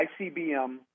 ICBM